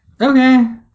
Okay